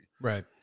Right